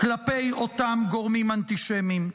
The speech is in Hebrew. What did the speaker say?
כלפי אותם גורמים אנטישמיים.